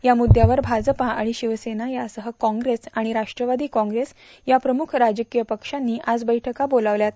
या मुद्यावर भाजपा आणि शिवसेना यासह काँग्रेस आणि राष्ट्रवादी काँग्रेस या प्रमुख राजकीय पक्षांनी आज बैठका बोलावल्यात